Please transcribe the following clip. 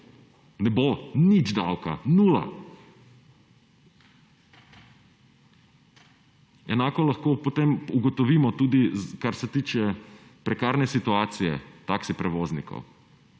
Ne bo, nič davka, nula. Enako lahko potem ugotovimo tudi z, kar se tiče prekarne situacije taksi prevoznikov.